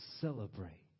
celebrate